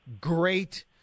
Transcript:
great